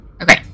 okay